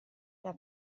era